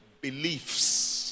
beliefs